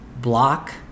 block